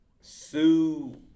Sue